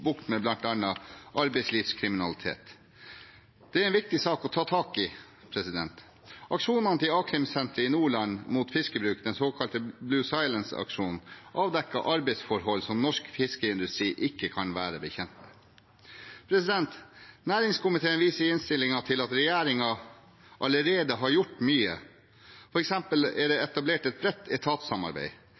bukt med bl.a. arbeidslivskriminalitet. Det er en viktig sak å ta tak i. Aksjonene til a-krimsenteret i Nordland mot fiskebruk, den såkalte Blue Silence-aksjonen, avdekket arbeidsforhold som norsk fiskeindustri ikke kan være bekjent av. Næringskomiteen viser i innstillingen til at regjeringen allerede har gjort mye. For eksempel er det etablert et bredt